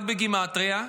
רק בגימטרייה,